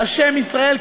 השם ישראל,